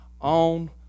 on